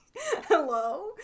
Hello